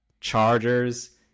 Chargers